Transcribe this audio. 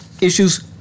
issues